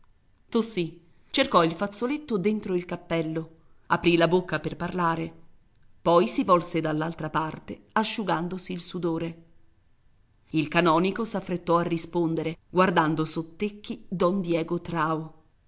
inghiottimi tossì cercò il fazzoletto dentro il cappello aprì la bocca per parlare poi si volse dall'altra parte asciugandosi il sudore il canonico s'affrettò a rispondere guardando sottecchi don diego trao sarà